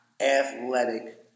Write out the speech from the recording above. athletic